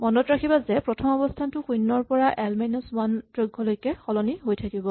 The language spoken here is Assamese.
মনত ৰাখিবা যে প্ৰথম অৱস্হানটো শূণ্যৰ পৰা এল মাইনাচ ৱান দৈৰ্ঘ্যলৈকে সলনি হৈ থাকিব